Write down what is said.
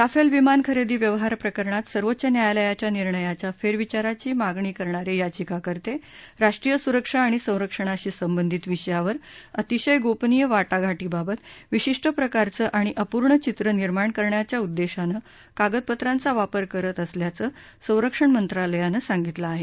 Rafale विमान खरेदी व्यवहार प्रकरणात सर्वोच्च न्यायालयाच्या निर्णयाच्या फेरविचाराची मागणी करणारे याचिकाकर्ते राष्ट्रीय सुरक्षा आणि संरक्षणाशी संबंधित विषयावर अतिशय गोपनीय वाटाघाटींबाबत विशिष्ट प्रकारचं आणि अपूर्ण चित्र निर्माण करण्याच्या उद्देशानं कागदपत्रांचा वापर करत असल्याचं संरक्षण मंत्रालयानं सांगितलं आहे